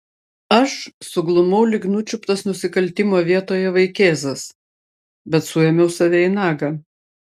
aš suglumau lyg nučiuptas nusikaltimo vietoje vaikėzas bet suėmiau save į nagą